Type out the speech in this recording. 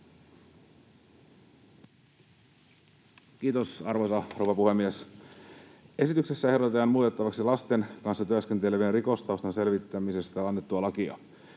Kiitos, arvoisa rouva puhemies! Esityksessä ehdotetaan muutettavaksi lasten kanssa työskentelevien rikostaustan selvittämisestä annettua lakia.